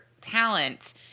talent